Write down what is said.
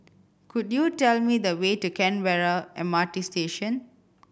could you tell me the way to Canberra M R T Station